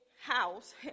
house